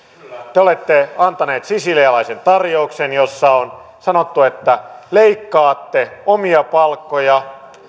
te olette antanut sisilialaisen tarjouksen jossa on sanottu että leikkaatte omia palkkoja